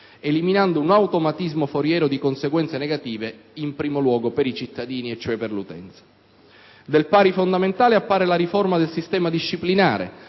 eliminando un automatismo foriero di conseguenze negative in primo luogo per i cittadini, e cioè per l'utenza. Del pari fondamentale appare la riforma del sistema disciplinare,